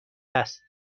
است